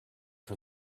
for